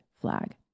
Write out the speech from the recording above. flag